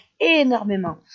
énormément